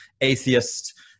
atheist